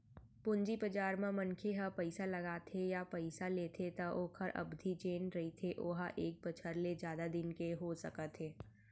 पूंजी बजार म मनखे ह पइसा लगाथे या पइसा लेथे त ओखर अबधि जेन रहिथे ओहा एक बछर ले जादा दिन के हो सकत हे